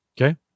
Okay